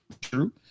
true